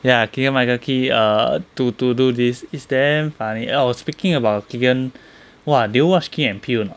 ya keegan michael key err to to do this is damn funny oh speaking about keegan !wah! do you watch key and peele or not